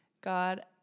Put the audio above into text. God